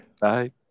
Bye